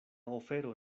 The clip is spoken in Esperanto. ofero